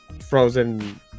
frozen